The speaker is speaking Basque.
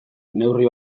neurri